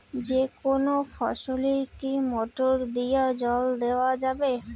যেকোনো ফসলে কি মোটর দিয়া জল দেওয়া যাবে?